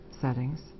settings